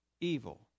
evil